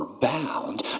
bound